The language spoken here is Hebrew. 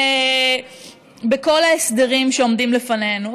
בכל ההסדרים שעומדים לפנינו.